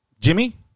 Jimmy